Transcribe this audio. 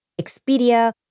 Expedia